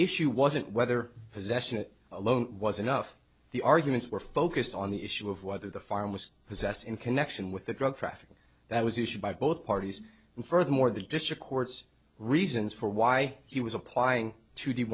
issue wasn't whether possession alone was enough the arguments were focused on the issue of whether the farm was possessed in connection with the drug trafficking that was issued by both parties and furthermore the district court's reasons for why he was applying to the